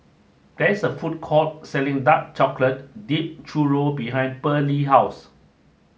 this a food court selling dark chocolate dipped churro behind Bearley house